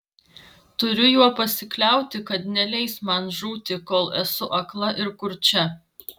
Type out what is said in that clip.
turiu juo pasikliauti kad neleis man žūti kol esu akla ir kurčia